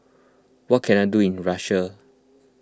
what can I do in Russia